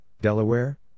Delaware